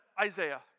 Isaiah